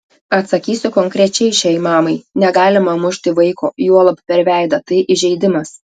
atsakysiu konkrečiai šiai mamai negalima mušti vaiko juolab per veidą tai įžeidimas